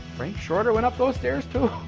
frank shorter went up those stairs too.